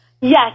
Yes